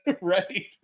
right